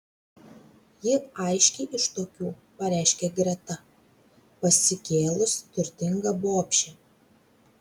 ji aiškiai iš tokių pareiškė greta pasikėlus turtinga bobšė